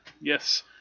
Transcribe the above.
Yes